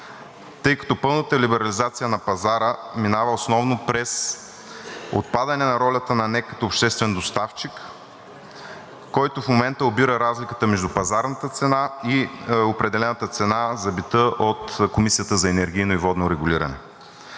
Тъй като пълната либерализация на пазара минава основно през отпадане на ролята на НЕК като обществен доставчик, който в момента обира разликата между пазарната цена и определената цена за бита от Комисията за енергийно и водно регулиране.